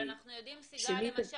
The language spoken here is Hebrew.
אבל אנחנו יודעים למשל,